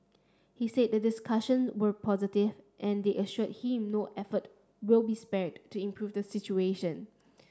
he said that discussion were positive and they assured him no effort will be spared to improve the situation